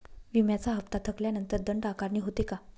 विम्याचा हफ्ता थकल्यानंतर दंड आकारणी होते का?